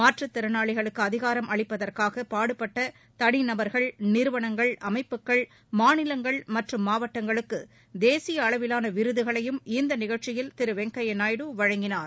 மாற்றுத் திறனாளிகளுக்கு அதிகாரம் அளிப்பதற்காக பாடுபட்ட தனி நபர்கள் நிறுவனங்கள் அமைப்புகள் மாநிலங்கள் மற்றும் மாவட்டங்களுக்கு தேசிய அளவிலான விருதுகளையும் இந்த நிகழ்ச்சியில் திரு வெங்கய்ய நாயுடு வழங்கினார்